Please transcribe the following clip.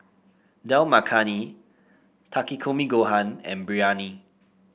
Dal Makhani Takikomi Gohan and Biryani